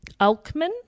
Alkman